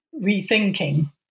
rethinking